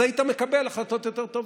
אז היית מקבל החלטות יותר טובות.